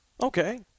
Okay